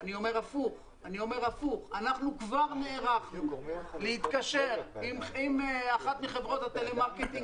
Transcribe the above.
אני אומר הפוך: אנחנו כבר נערכנו להתקשר עם אחת מחברות הטלמרקטינג